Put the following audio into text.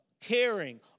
caring